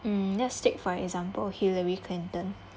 mm let's take for example hillary clinton